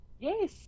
Yes